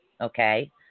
Okay